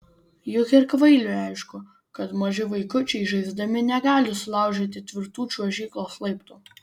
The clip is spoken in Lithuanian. juk ir kvailiui aišku kad maži vaikučiai žaisdami negali sulaužyti tvirtų čiuožyklos laiptų